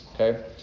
okay